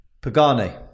Pagani